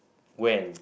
when